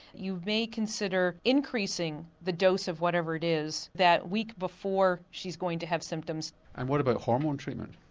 you may consider increasing the dose of whatever it is that week before she's going to have symptoms. and what about hormone treatment?